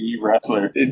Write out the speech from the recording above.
wrestler